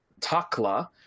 Takla